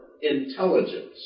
intelligence